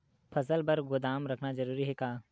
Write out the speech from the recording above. फसल बर गोदाम रखना जरूरी हे का?